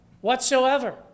whatsoever